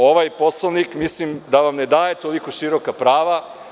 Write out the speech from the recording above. Ovaj Poslovnik, mislim, da vam ne daje toliko široka prava.